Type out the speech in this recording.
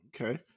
Okay